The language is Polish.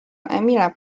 emila